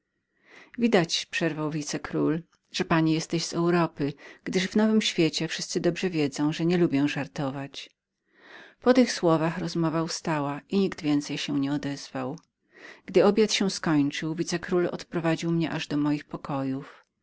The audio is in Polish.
godniejszą waszej miłości widać że pani jesteś z europy gdyż w nowym świecie wszyscy dobrze wiedzą że ja nie lubię żartować po tych słowach rozmowa ustała i nikt więcej się nie odezwał gdy obiad się skończył wicekról odprowadził mnie aż do drzwi moich pokojów